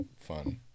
fun